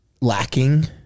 lacking